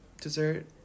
dessert